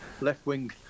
left-wing